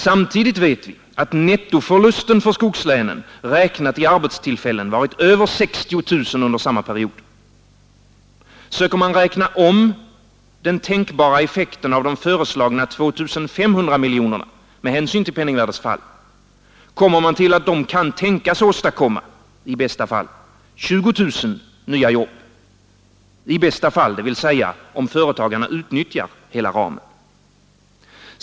Samtidigt vet vi att nettoförlusten för skogslänen räknat i arbetstillfällen varit över 60 000 under samma period. Söker man räkna om den tänkbara effekten av de föreslagna 2 500 miljonerna med hänsyn till penningvärdets fall kommer man fram till att de kan tänkas åstadkomma 20000 nya jobb — i bästa fall, dvs. om företagarna utnyttjar hela ramen.